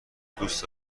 دوست